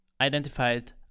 identified